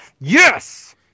Yes